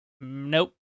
nope